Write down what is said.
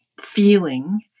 feeling